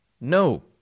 ...no